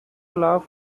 laugh